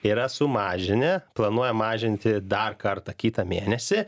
yra sumažinę planuoja mažinti dar kartą kitą mėnesį